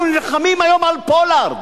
אנחנו נלחמים היום על פולארד,